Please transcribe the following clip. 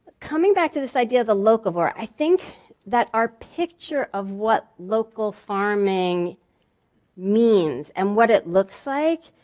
coming back to this idea of the locavore, i think that our picture of what local farming means and what it looks like,